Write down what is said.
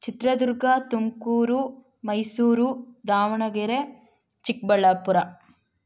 Chitradurga Tumakuru Mysuru Davanagere Chikkaballapur